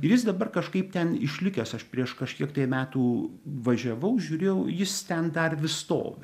ir jis dabar kažkaip ten išlikęs aš prieš kažkiek tai metų važiavau žiūrėjau jis ten dar vis stovi